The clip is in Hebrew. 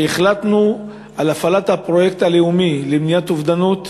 החלטנו על הפעלת הפרויקט הלאומי למניעת אובדנות